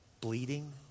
bleeding